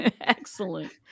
Excellent